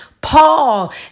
Paul